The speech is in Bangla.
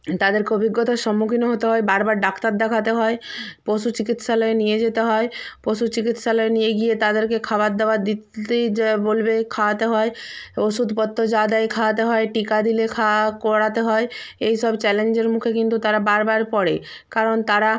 তাদেরকে অভিজ্ঞতার সম্মুখীনও হতে হয় বার বার ডাক্তার দেখাতে হয় পশু চিকিৎসালয়ে নিয়ে যেতে হয় পশু চিকিৎসালয়ে নিয়ে গিয়ে তাদেরকে খাবার দাবার দিতে যা বলবে খাওয়াতে হয় ওষুধপত্র যা দেয় খাওয়াতে হয় টিকা দিলে খা করাতে হয় এই সব চ্যালেঞ্জের মুখে কিন্তু তারা বার বার পড়ে কারণ তারা